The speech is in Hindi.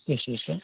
कैसे कैसे